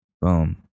Boom